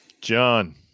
John